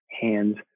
hands